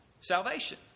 salvation